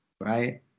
right